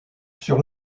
sur